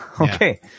Okay